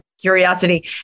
curiosity